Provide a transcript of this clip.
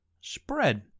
spread